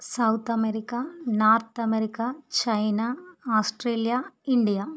south America north America China Australia India